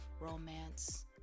romance